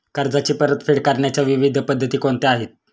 कर्जाची परतफेड करण्याच्या विविध पद्धती कोणत्या आहेत?